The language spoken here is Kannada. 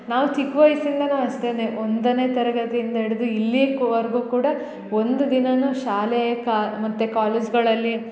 ನಾವು ಚಿಕ್ಕ ವಯಸ್ಸಿಂದಲೂ ಅಷ್ಟೆ ಒಂದನೇ ತರಗತಿಯಿಂದ ಹಿಡ್ದು ಇಲ್ಲಿಕ್ ವರ್ಗು ಕೂಡ ಒಂದು ದಿನನು ಶಾಲೆ ಕಾ ಮತ್ತು ಕಾಲೇಜ್ಗಳಲ್ಲಿ